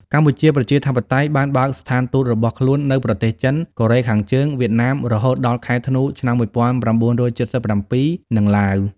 កម្ពុជាប្រជាធិបតេយ្យបានបើកស្ថានទូតរបស់ខ្លួននៅប្រទេសចិន កូរ៉េខាងជើង វៀតណាម (រហូតដល់ខែធ្នូឆ្នាំ ១៩៧៧) និងឡាវ ។